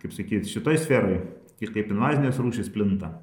kaip sakyt šitoj sferoj ir kaip invazinės rūšys plinta